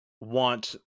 want